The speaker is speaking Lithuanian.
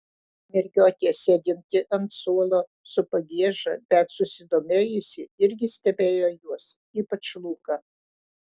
mergiotė sėdinti ant suolo su pagieža bet susidomėjusi irgi stebėjo juos ypač luką